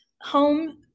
home